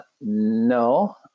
no